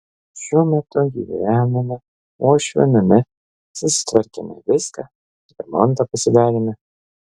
šiuo metu gyvename uošvio name susitvarkėme viską remontą pasidarėme